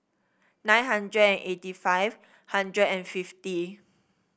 nine hundred and eighty five hundred and fifty